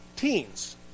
teens